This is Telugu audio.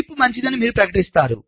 చిప్ మంచిదని మీరు ప్రకటిస్తారు